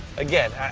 again,